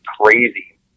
crazy